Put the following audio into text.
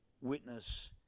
witness